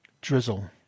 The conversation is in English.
Drizzle